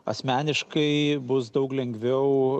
asmeniškai bus daug lengviau